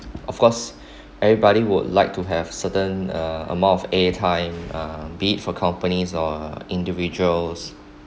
of course everybody would like to have certain uh amount of air time uh be it for companies or individuals